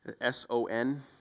S-O-N